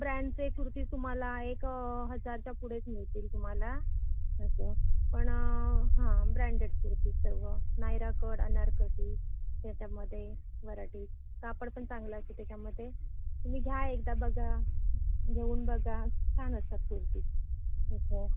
ब्रँडचे कुर्ती तुम्हाला एक हजारच्या पुढेच मिळतील तुम्हाला असं पण हां ब्रँडेड कुर्ती सर्व नायरा कट अनारकली त्याच्यामध्ये वरायटीज कापड पण चांगला असते त्याच्यामध्ये तुम्ही घ्या एकदा बघा घेऊन बघा छान असतात कुर्तीज असं